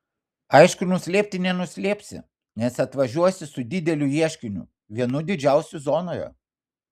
aišku nuslėpti nenuslėpsi nes atvažiuosi su dideliu ieškiniu vienu didžiausių zonoje